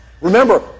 Remember